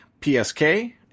PSK